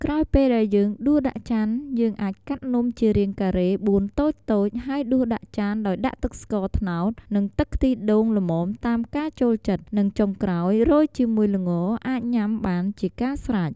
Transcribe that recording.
ក្រោយពេលដែលយើងដួលដាក់ចានយើងអាចកាត់នំជារាងការេ៤តូចៗ ហើយដួសដាក់ចានដោយដាក់ទឹកស្ករត្នោតនិងទឹកខ្ទះដូងល្មមតាមការចូលចិត្តនិងចុងក្រោយរោយជាមួយល្ងរអាចញុាំបានជាការស្រេច។